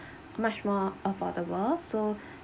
much more affordable so